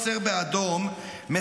היא